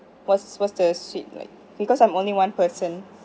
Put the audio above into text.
what's what's the suite like because I'm only one person